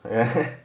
ugh